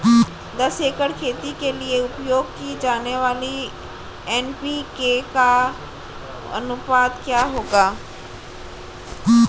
दस एकड़ खेती के लिए उपयोग की जाने वाली एन.पी.के का अनुपात क्या होगा?